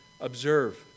observe